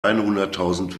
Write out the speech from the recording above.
einhunderttausend